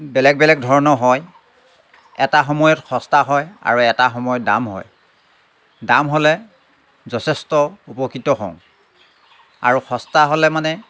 বেলেগ বেলেগ ধৰণৰ হয় এটা সময়ত সস্তা হয় আৰু এটা সময়ত দাম হয় দাম হ'লে যথেষ্ট উপকৃত হওঁ আৰু সস্তা হ'লে মানে